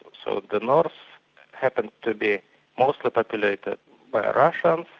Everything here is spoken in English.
so the north happened to be mostly populated by russians um